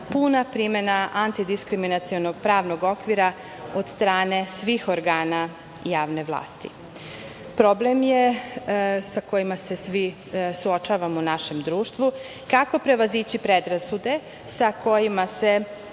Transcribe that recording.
puna primena antidiskriminacionog pravnog okvira od strane svih organa javne vlasti. Problem sa kojim se svi suočavamo u našem društvu je kako prevazići predrasude sa kojima se